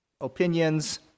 opinions